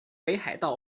北海道